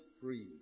free